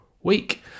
week